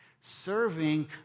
Serving